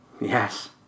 Yes